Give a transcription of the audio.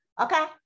okay